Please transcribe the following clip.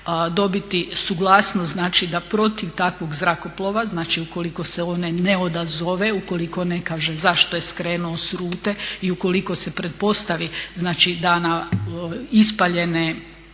dobiti suglasnost da protiv takvog zrakoplova ukoliko se one ne odazove, ukoliko ne kaže zašto je skrenuo s rute i ukoliko se pretpostavi da na ispaljene